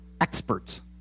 experts